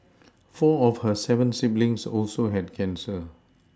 four of her seven siblings also had cancer